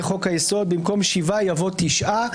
לחוק היסוד, במקום "שבעה" יבוא "תשעה".